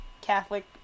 catholic